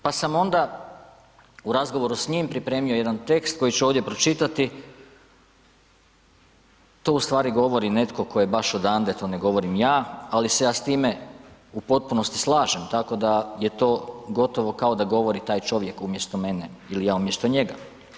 Pa sam onda u razgovoru s njim pripremio jedan tekst koji ću ovdje pročitati, to ustvari govori netko tko je baš odande, to ne govorim ja, ali se ja s time u potpunosti slažem, tako da je to gotovo kao da govori taj čovjek umjesto mene ili ja umjesto njega.